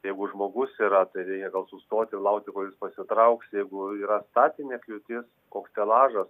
jeigu žmogus yra tai reikia gal sustot ir laukti kol jis pasitrauks jeigu yra statinė kliūtis koks stelažas